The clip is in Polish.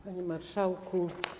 Panie Marszałku!